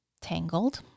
Tangled